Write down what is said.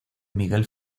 miguel